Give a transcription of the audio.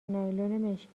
مشکی